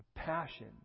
Passion